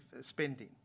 spending